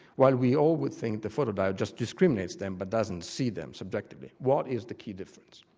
while we all would think the photodiode just discriminates them but doesn't see them subjectively. what is the key difference?